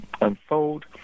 unfold